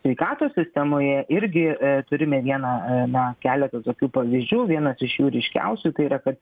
sveikatos sistemoje irgi turime vieną na keletą tokių pavyzdžių vienas iš jų ryškiausių tai yra kad